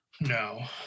no